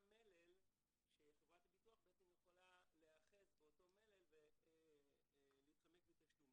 מלל שחברת הביטוח יכולה להיאחז באותו מלל ולהתחמק מתשלום.